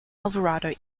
alvarado